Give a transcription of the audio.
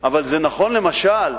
אבל זה נכון, למשל,